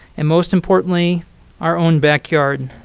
and most importantly our own backyard,